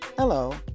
Hello